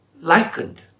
likened